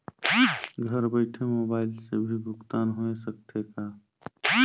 घर बइठे मोबाईल से भी भुगतान होय सकथे का?